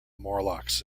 morlocks